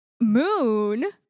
Moon